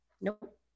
Nope